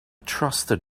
trusted